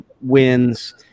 wins